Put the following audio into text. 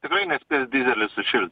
tikrai nespės dyzelis sušilt